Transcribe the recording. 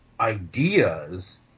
ideas